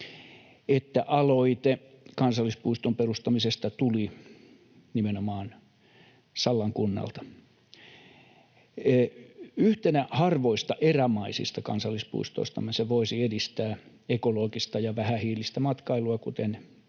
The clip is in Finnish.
että aloite kansallispuiston perustamisesta tuli nimenomaan Sallan kunnalta. Yhtenä harvoista erämaisista kansallispuistoistamme se voisi edistää ekologista ja vähähiilistä matkailua, kuten ministeri